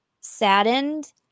saddened